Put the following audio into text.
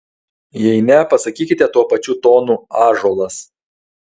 jei ne pasakykite tuo pačiu tonu ąžuolas